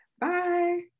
Bye